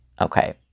Okay